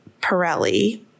Pirelli